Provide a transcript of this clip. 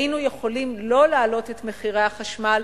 היינו יכולים לא להעלות את מחירי החשמל,